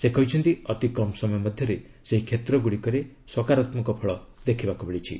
ସେ କହିଛନ୍ତି ଅତି କମ୍ ସମୟ ମଧ୍ୟରେ ସେହି କ୍ଷେତ୍ରଗୁଡ଼ିକରେ ସକାରାତ୍ମକ ଫଳ ଦେଖିବାକୁ ମିଳିଛି